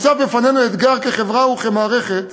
ניצב לפנינו אתגר כחברה וכמערכת,